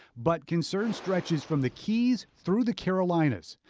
but concern stretches from the keys through the carolinas.